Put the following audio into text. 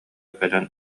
кэлэн